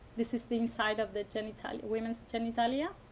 this is the inside of the genitalia, woman's genitalia.